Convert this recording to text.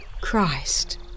Christ